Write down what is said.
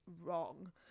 wrong